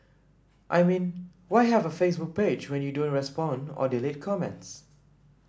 I mean why have a Facebook page when you don't respond or delete comments